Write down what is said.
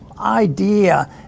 idea